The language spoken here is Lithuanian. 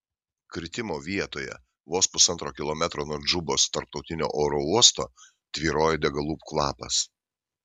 kritimo vietoje vos pusantro kilometro nuo džubos tarptautinio oro uosto tvyrojo degalų kvapas